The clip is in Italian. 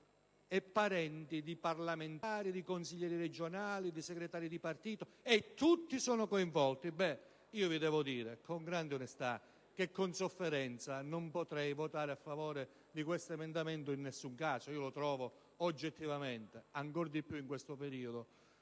e parenti di parlamentari, consiglieri regionali, segretari di partito, e tutti sono coinvolti. Con grande onestà voglio dirvi che con sofferenza non potrei votare a favore di questo emendamento in nessun caso. Lo trovo oggettivamente, ancor di più in questo periodo,